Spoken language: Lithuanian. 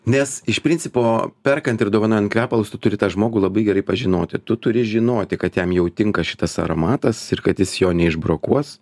nes iš principo perkant ir dovanojant kvepalus tu turi tą žmogų labai gerai pažinoti tu turi žinoti kad jam jau tinka šitas aromatas ir kad jis jo neišbrokuos